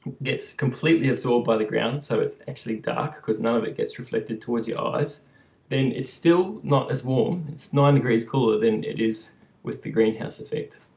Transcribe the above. gets completely absorbed by the ground so it's actually dark because none of it gets reflected towards your eyes then it's still not as warm it's nine degrees cooler than it is with the greenhouse effect